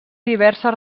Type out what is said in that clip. diverses